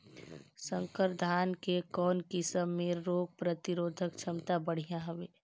संकर धान के कौन किसम मे रोग प्रतिरोधक क्षमता बढ़िया हवे?